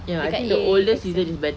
dekat A_X_N